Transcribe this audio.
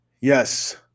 Yes